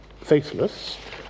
faithless